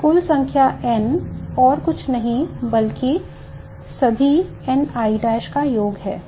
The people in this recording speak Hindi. कुल संख्या N और कुछ नहीं बल्कि सभी Ni का योग है